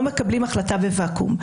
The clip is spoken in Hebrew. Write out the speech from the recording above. לא מקבלים החלטה בוואקום.